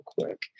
quick